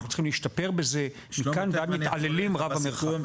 אנחנו צריכים להשתפר בזה אבל מכאן ועד מתעללים רב המרחק.